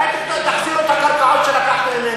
רק תחזיר את הקרקעות שלקחת ממני.